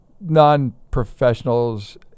non-professionals